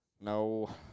No